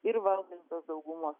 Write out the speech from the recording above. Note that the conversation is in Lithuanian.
ir valdančios daugumos